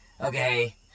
okay